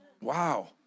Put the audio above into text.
Wow